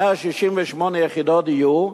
168 יחידות דיור,